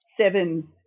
seven